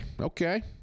Okay